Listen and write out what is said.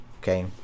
okay